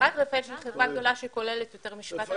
חברת רפא"ל שהיא חברה גדולה שכוללת יותר מ-7,000.